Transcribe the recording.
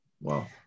Wow